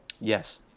Yes